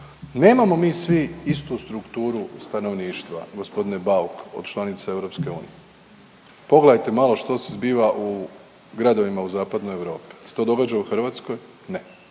Nemamo mi svi istu strukturu stanovništva gospodine Bauk od članica EU. Pogledajte malo što se zbiva u gradovima u zapadnoj Europi, jel se to događa u Hrvatskoj, ne.